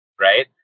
right